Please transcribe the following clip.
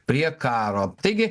prie karo taigi